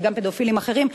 וגם פדופילים אחרים,